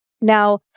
Now